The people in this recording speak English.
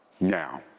Now